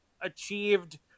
achieved